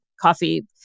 coffee